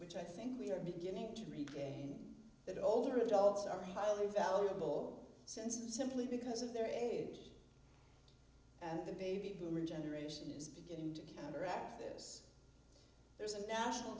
which i think we are beginning to read in that older adults are highly valuable senses simply because of their age and the baby boomer generation is beginning to counteract this there is a national